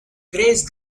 grace